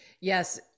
Yes